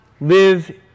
live